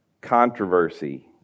controversy